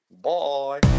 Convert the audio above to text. bye